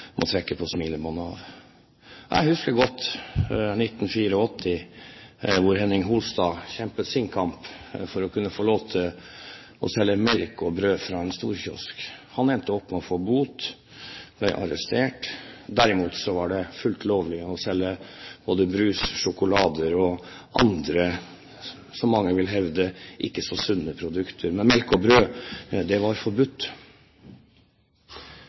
må trekke på smilebåndet av det. Jeg husker godt 1984, da Henning Holstad kjempet sin kamp for å kunne få lov til å selge melk og brød fra en storkiosk. Han endte med å få bot og ble arrestert. Derimot var det fullt lovlig å selge både brus, sjokolade og andre – som mange vil hevde – ikke så sunne produkter, men melk og brød var forbudt.